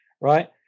right